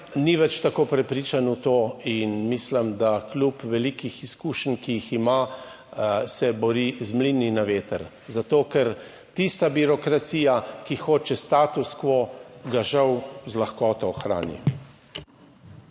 ni več tako prepričan v to in mislim, da kljub velikih izkušenj, ki jih ima, se bori z mlini na veter, zato ker tista birokracija, ki hoče status quo, ga žal z lahkoto ohrani.